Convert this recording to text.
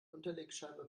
unterlegscheibe